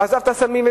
הוא עזב את הסמים,